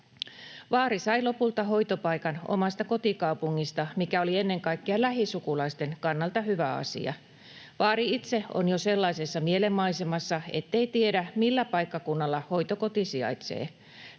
Vaari sai lopulta hoitopaikan omasta kotikaupungistaan, mikä oli ennen kaikkea lähisukulaisten kannalta hyvä asia. Vaari itse on jo sellaisessa mielenmaisemassa, ettei tiedä, millä paikkakunnalla hoitokoti sijaitsee.